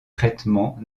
traitements